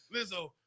Lizzo